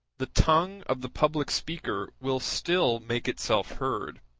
the tongue of the public speaker will still make itself heard,